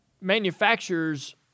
manufacturers